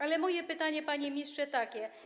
Ale moje pytanie, panie ministrze, jest takie.